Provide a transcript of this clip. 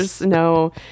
no